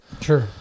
Sure